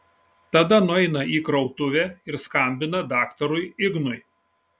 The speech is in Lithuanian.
tada nueina į krautuvę ir skambina daktarui ignui